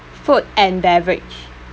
food and beverage